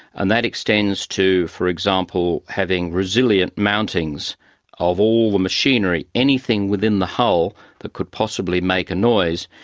and that extends to, for example, having resilient mountings of all the machinery. anything within the hull that could possibly make a noise,